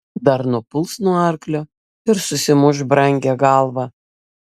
dar nupuls nuo arklio ir susimuš brangią galvą